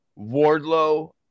Wardlow